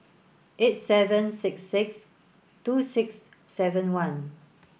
eight seven six six two six seven one